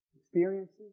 experiences